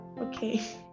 Okay